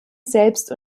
selbst